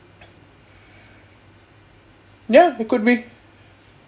ya it could be